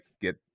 get